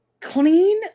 clean